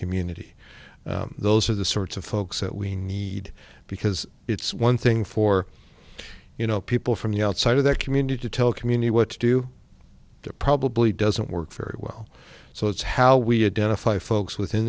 community those are the sorts of folks that we need because it's one thing for you know people from the outside of their community to tell community what to do that probably doesn't work very well so it's how we identify folks within